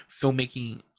filmmaking